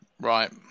Right